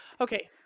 Okay